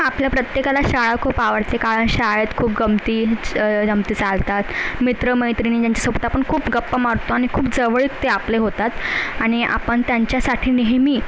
आपल्या प्रत्येकाला शाळा खूप आवडते कारण शाळेत खूप गंमती जमती चालतात मित्र मैत्रिणी ज्यांच्यासोबत आपण खूप गप्पा मारतो आणि खूप जवळ ते आपले होतात आणि आपण त्यांच्यासाठी नेहमी